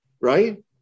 right